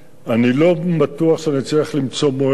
אני לא בטוח שאני אצליח למצוא מועד לזה,